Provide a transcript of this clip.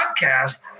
podcast